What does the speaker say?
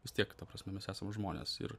vis tiek ta prasme mes esam žmonės ir